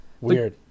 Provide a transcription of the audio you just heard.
Weird